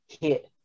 hit